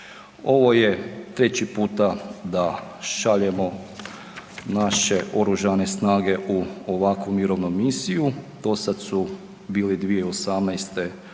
Ovo je treći puta da šaljemo naše oružane snage u ovakvu mirovnu misiju, do sada su bile 2018.